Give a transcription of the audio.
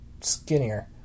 skinnier